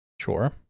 Sure